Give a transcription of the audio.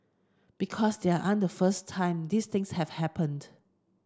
because they aren't the first time these things have happened